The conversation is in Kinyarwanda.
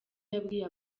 yabwiye